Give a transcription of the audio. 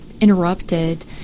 interrupted